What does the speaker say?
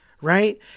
right